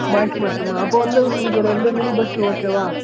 boys மட்டுமா அப்போ வந்து உங்களுக்கு ரெண்டு மினி பஸ்ஸு ஓகேவா